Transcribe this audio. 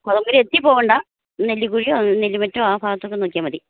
കോതമംഗലം എഡ്ജിൽ പോകേണ്ട നെല്ലിക്കുഴി നെല്ലിമറ്റോ ആ ഭാഗത്തൊക്കെ നോക്കിയാൽ മതി